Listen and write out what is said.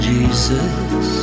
Jesus